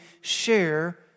share